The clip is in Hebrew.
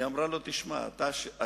היא אמרה לו: אתה מקצועי?